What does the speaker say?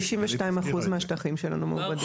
תשעים ושניים אחוז מהשטחים שלנו מעובדים.